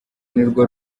nirwo